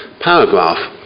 paragraph